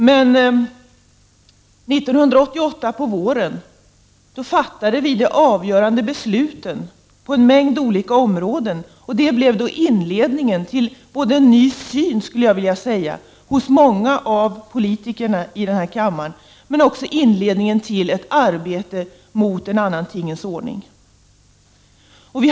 Men 1988 på våren fattade vi de avgörande besluten på en mängd olika områden, och det blev inledningen både till en ny syn hos många av politikerna i denna kammare och till ett arbete mot en annan tingens ordning.